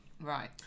Right